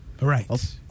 Right